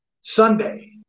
Sunday